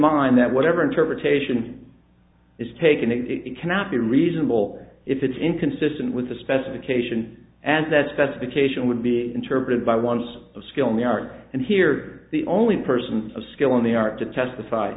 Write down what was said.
mind that whatever interpretation is taken in it cannot be reasonable if it's inconsistent with the specification and that specification would be interpreted by once the skill in the art and here the only person of skill in the art to testify